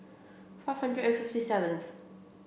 five hundred and fifty seventh